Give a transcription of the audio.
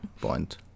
point